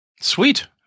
Sweet